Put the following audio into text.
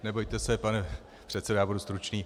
Nebojte se, pane předsedo, já budu stručný.